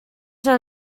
tell